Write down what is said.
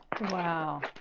Wow